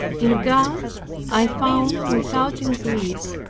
in god i found, without increase,